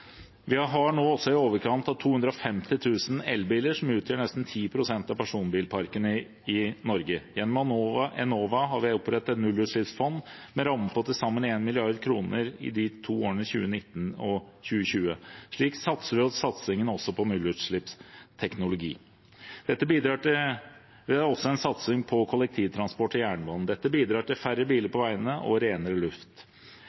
Vi har nå i overkant av 250 000 elbiler, som utgjør nesten 10 pst. av personbilparken i Norge. Gjennom Enova har vi opprettet et nullutslippsfond med en ramme på til sammen 1 mrd. kr over de to årene 2019 og 2020. Slik trapper vi opp satsingen på nullutslippsteknologi. Det er også en satsing på kollektivtransport og jernbane. Dette bidrar til færre biler